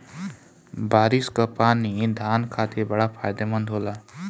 बारिस कअ पानी धान खातिर बड़ा फायदेमंद होला